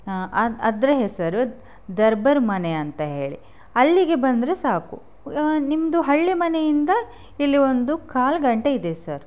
ಅದು ಅದರ ಹೆಸರು ದರ್ಬರ್ ಮನೆಯಂತ ಹೇಳಿ ಅಲ್ಲಿಗೆ ಬಂದರೆ ಸಾಕು ನಿಮ್ಮದು ಹಳ್ಳಿಮನೆಯಿಂದ ಇಲ್ಲಿ ಒಂದು ಕಾಲು ಗಂಟೆ ಇದೆ ಸರ್